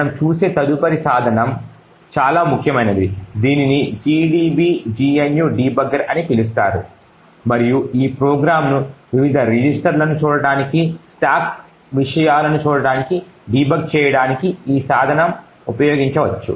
మనము చూసే తదుపరి సాధనం చాలా ముఖ్యమైనది దీనిని gdb GNU డీబగ్గర్ అని పిలుస్తారు మరియు ఈ ప్రోగ్రామ్ను వివిధ రిజిస్టర్లను చూడటానికి స్టాక్ విషయాలను చూడటానికి డీబగ్ చేయడానికి ఈ సాధనం ఉపయోగించవచ్చు